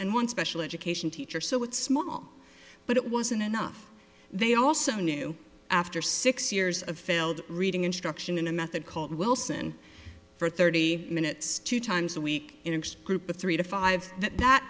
and one special education teacher so it's small but it wasn't enough they also knew after six years of failed reading instruction in a method called wilson for thirty minutes two times a week in a group of three to five that